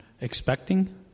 expecting